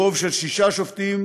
ברוב של שישה שופטים